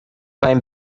beim